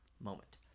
moment